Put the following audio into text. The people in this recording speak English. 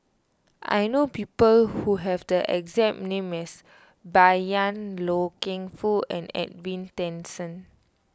I know people who have the exact name as Bai Yan Loy Keng Foo and Edwin Tessensohn